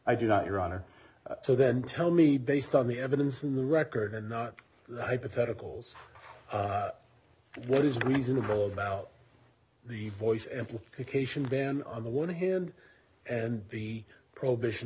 i do not your honor so then tell me based on the evidence in the record and not the hypotheticals what is reasonable about the voice implication ban on the one hand and the prohibition